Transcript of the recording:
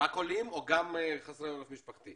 רק עולים או גם חסרי עורף משפחתי?